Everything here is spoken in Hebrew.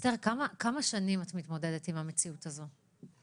כמה שנים את מתמודדת עם המציאות הזאת?